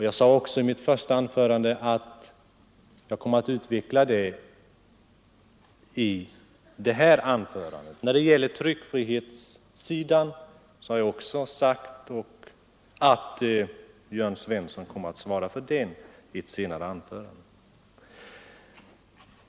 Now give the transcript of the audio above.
Jag sade i mitt första anförande att jag skulle utveckla detta i mitt kommande anförande, och när det gäller tryckfrihetsaspekten har jag sagt att herr Svensson i Malmö skall ta upp den i ett senare anförande.